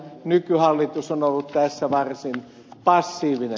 nykyhallitus on ollut tässä varsin passiivinen